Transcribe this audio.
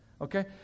okay